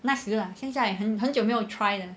那时 lah 现在很很久没有 try 了